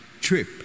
trip